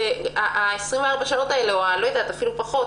ה-24 שעות האלה או אפילו פחות,